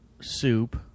soup